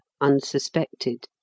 unsuspected